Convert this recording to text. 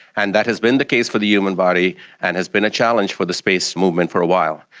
and that has been the case for the human body and has been a challenge for the space movement for a while.